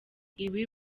ibi